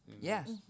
Yes